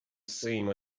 same